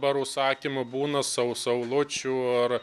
dabar užsakymų būna sau saulučių ar